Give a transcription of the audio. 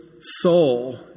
soul